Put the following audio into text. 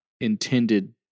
intended